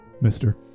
mister